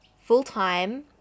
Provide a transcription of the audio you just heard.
full-time